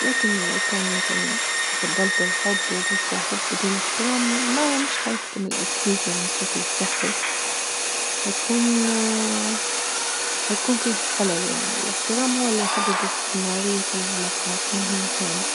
لكن لو كان مثلا فضلت الحب وجلت الحب بدون إحترام مش حيكتم أكيد يعني بشكل صحي حيكون-حيكون فيه خلل يعني الإحترام هو اللي يحدد إستمرارية العلاقات مهمن كانت.